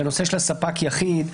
לנושא של ספק יחיד,